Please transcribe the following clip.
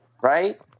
right